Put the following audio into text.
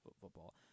football